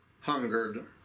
hungered